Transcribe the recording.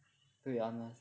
to be honest